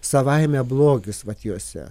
savaime blogis vat juose